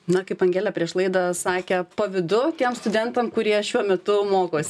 na kaip angelė prieš laidą sakė pavydu tiem studentam kurie šiuo metu mokosi